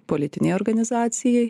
politinei organizacijai